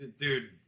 dude